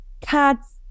cats